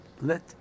Let